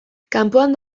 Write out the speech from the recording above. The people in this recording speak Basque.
kanpoan